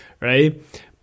right